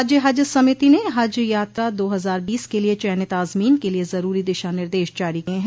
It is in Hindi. राज्य हज समिति ने हज यात्रा दो हजार बीस के लिए चयनित आज़मीन के लिए ज़रूरी दिशा निर्देश जारी किये हैं